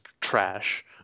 trash